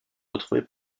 retrouvé